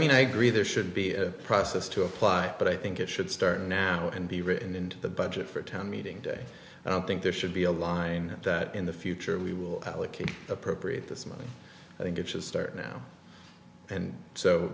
mean i agree there should be a process to apply but i think it should start now and be written into the budget for a town meeting day and i think there should be a line that in the future we will allocate appropriate this money i think it should start now and so